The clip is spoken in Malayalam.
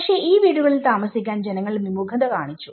പക്ഷെ ഈ വീടുകളിൽ താമസിക്കാൻ ജനങ്ങൾ വിമുഖത കാണിച്ചു